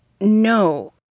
no